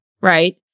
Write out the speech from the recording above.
Right